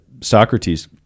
Socrates